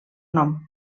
nom